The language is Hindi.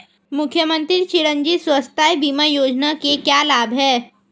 मुख्यमंत्री चिरंजी स्वास्थ्य बीमा योजना के क्या लाभ हैं?